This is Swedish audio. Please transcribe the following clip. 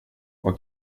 vad